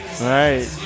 Right